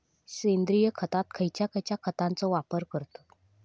सेंद्रिय शेतात खयच्या खयच्या खतांचो वापर करतत?